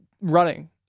Running